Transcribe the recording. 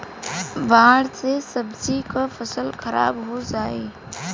बाढ़ से सब्जी क फसल खराब हो जाई